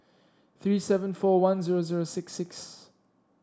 three seven four one zero zero six six